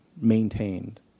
maintained